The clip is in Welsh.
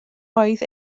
oedd